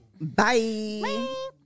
Bye